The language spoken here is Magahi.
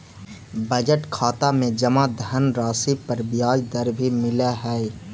बजट खाता में जमा धनराशि पर ब्याज दर भी मिलऽ हइ